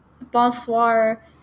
Bonsoir